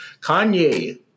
Kanye